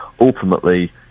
ultimately